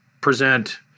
present